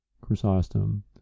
Chrysostom